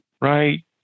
right